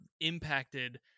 impacted